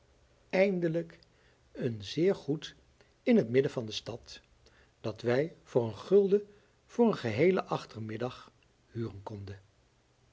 eindelijk een zeer goed in het midden van de stad dat wij voor een gulden voor een geheelen achtermiddag huren konden